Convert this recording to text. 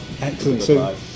excellent